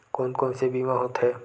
कोन कोन से बीमा होथे?